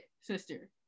sister